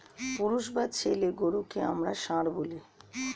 পুরুষ বা ছেলে গরুকে আমরা ষাঁড় বলি